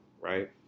right